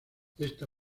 esta